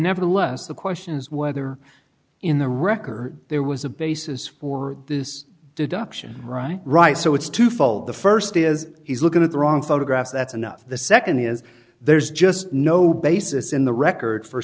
nevertheless the question is whether in the record there was a basis for this deduction right right so it's twofold the first is he's looking at the wrong photograph that's enough the second is there's just no basis in the record for